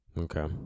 Okay